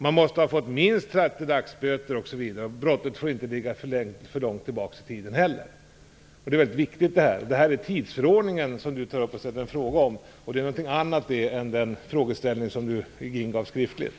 Man måste ha fått minst 30 dagsböter och brottet får inte ligga för långt tillbaka i tiden. Detta är viktigt. Det är tidsförordningen som Sigrid Bolkéus nu tar upp. Det är någonting annat än den frågeställning som ingavs skriftligen.